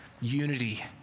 unity